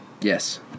Yes